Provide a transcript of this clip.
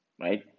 right